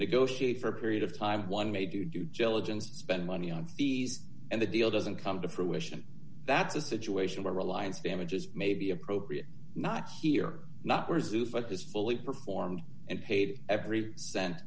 negotiate for a period of time one may do due diligence to spend money on fees and the deal doesn't come to fruition that's a situation where reliance damages may be appropriate not here not resume but is fully performed and paid every cent